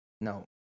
No